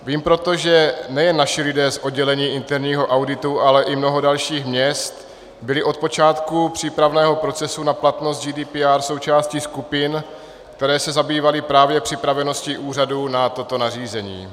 Vím proto, že nejen naši lidé z oddělení interního auditu, ale i mnoho dalších měst bylo od počátku přípravného procesu na platnost GDPR součástí skupin, které se zabývaly právě připraveností úřadu na toto nařízení.